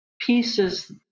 pieces